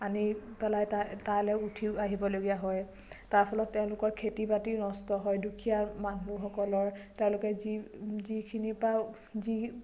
আনি পেলাই তা তালৈ উঠি আহিবলগীয়া হয় তাৰফলত তেওঁলোকৰ খেতি বাতি নষ্ট হয় দুখীয়া মানুহসকলৰ তেওঁলোকে যি যিখিনি পায় যি